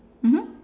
mmhmm